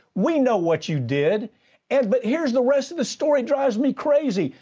we know what you did and, but here's the rest of the story, drives me crazy.